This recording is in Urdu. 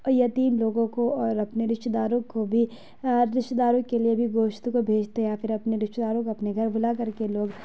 اور یتیم لوگوں کو اور اپنے رشتہ داروں کو بھی رشتہ داروں کے لیے بھی گوشت کو بھیجتے ہیں یا پھر اپنے رشتہ داروں کو اپنے گھر بلا کر کے لوگ